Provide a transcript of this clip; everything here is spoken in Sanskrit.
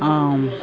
आम्